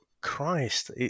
Christ